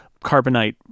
carbonite